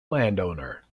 landowner